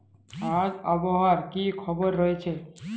আজ আবহাওয়ার কি খবর রয়েছে?